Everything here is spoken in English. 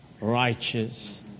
righteous